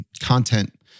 content